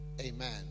Amen